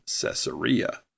Caesarea